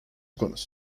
konusu